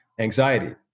anxiety